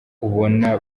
ubona